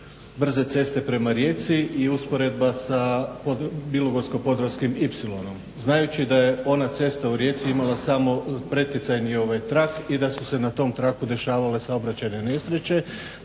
brze ceste prema Rijeci i usporedba sa bilogorsko-podravskim ipsilonom znajući da je ona cesta u Rijeci imala samo preticajni trak i da su se na tom traku dešavale saobraćajne nesreće.